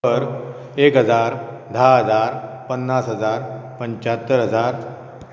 शंबर एक हजार धा हजार पन्नास हजार पंच्च्यात्तर हजार